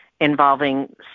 involving